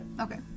okay